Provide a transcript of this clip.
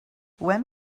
when